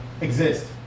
exist